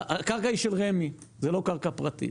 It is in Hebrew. הקרקע היא של רמ"י, זה לא קרקע פרטית.